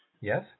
Yes